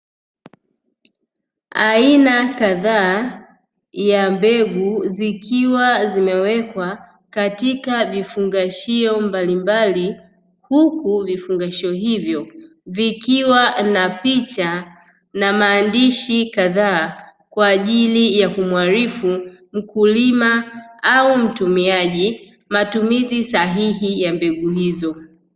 Aina kadhaa ya mbegu, zikiwa zimewekwa katika vifungashio mbalimbali, huku vifungashio hivyo vikiwa na picha na maandishi kadhaa kwa ajili ya kumwarifu mkulima au mtumiaji matumizi sahihi ya mbegu hiyo.